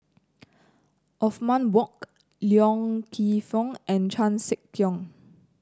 Othman Wok Loy Keng Foo and Chan Sek Keong